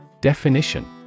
Definition